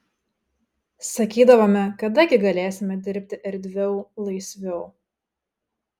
sakydavome kada gi galėsime dirbti erdviau laisviau